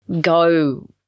go